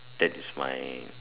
that is my